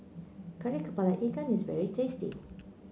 Kari kepala Ikan is very tasty